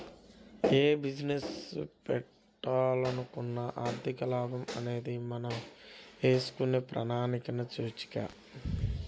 యే బిజినెస్ పెట్టాలనుకున్నా ఆర్థిక లాభం అనేది మనం వేసుకునే ప్రణాళికలకు సూచిక